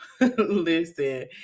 listen